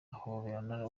ahoberana